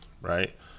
right